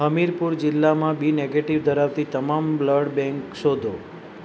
હમીરપુર જિલ્લામાં B negative ધરાવતી તમામ બ્લડ બેંક શોધો